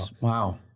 wow